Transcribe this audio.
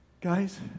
Guys